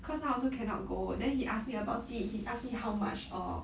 cause now also cannot go then he ask me about it he ask me how much uh